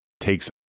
takes